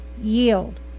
yield